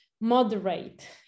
moderate